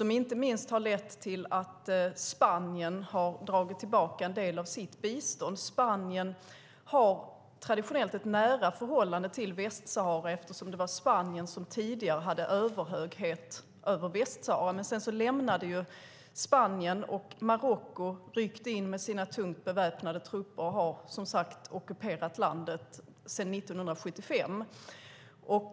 och inte minst har lett till att Spanien har dragit tillbaka en del av sitt bistånd. Spanien har traditionellt ett nära förhållande till Västsahara, eftersom det var Spanien som tidigare hade överhöghet över Västsahara. Men sedan lämnade Spanien Västsahara, och Marocko ryckte in med sina tungt beväpnade trupper och har som sagt ockuperat landet sedan 1975.